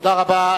תודה רבה.